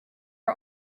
are